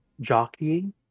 jockeying